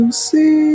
see